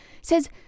says